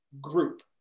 group